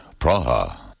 Praha